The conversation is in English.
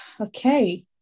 Okay